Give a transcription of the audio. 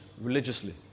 religiously